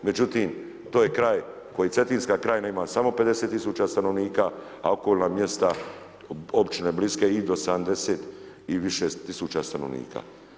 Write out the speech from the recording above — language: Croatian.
Međutim, to je kraj koji Cetinska krajina ima samo 50 000 stanovnika, a okolna mjesta, općine bliske i do 70 i više tisuća stanovnika.